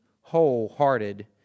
wholehearted